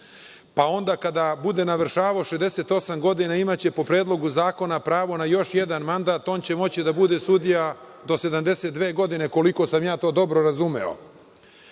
pa onda kada bude navršavao 68 godina imaće po Predlogu zakona pravo na još jedan mandat, on će moći da bude sudija do 72 godine, koliko sam to dobro razumeo. Dakle,